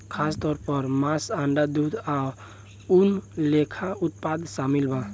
खासतौर पर मांस, अंडा, दूध आ ऊन लेखा उत्पाद शामिल बा